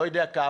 לא יודע כמה,